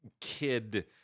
kid